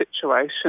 situation